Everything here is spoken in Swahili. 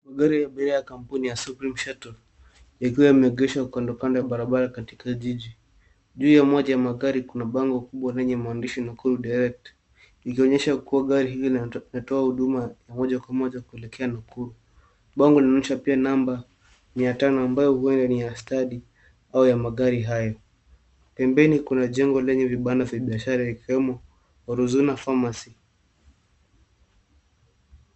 Gari ya abiria ya kampuni ya Supreme Shuttle yakiwa yameegeshwa kandokando ya barabara katika jiji. Juu ya moja ya magari kuna bango kubwa lenye maandishi Nakuru direct, ikionyesha kuwa gari hili linatoa huduma ya moja kwa moja kuelekea Nakuru. Bango linaonyesha pia namba mia tano ambayo uenda ni ya stadi au ya magari hayo. Pembeni kuna jengo lenye vibanda vya biashara yakiwemo wa Oruzana pharmacy.